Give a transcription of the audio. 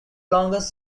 longest